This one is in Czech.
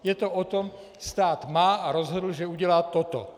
Je to o tom stát má a rozhodl, že udělá toto.